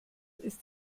ist